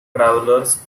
travelers